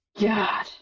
God